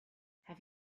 have